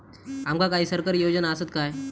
आमका काही सरकारी योजना आसत काय?